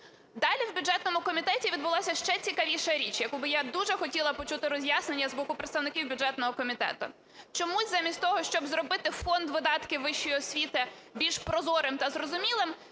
Далі в бюджетному комітету відбулася ще цікавіша річ, яку би я дуже хотіла почути роз'яснення з боку представників бюджетного комітету. Чомусь замість того, щоб зробити фонд видатків вищої освіти більш прозорим та зрозумілим,